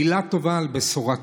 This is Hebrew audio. מילה טובה על בשורה טובה.